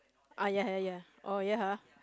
ah ya ya ya oh ya